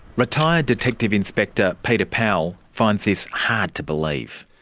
retired detective inspector peter powell finds this hard to believe.